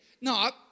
No